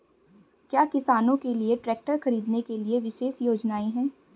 क्या किसानों के लिए ट्रैक्टर खरीदने के लिए विशेष योजनाएं हैं?